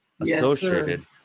associated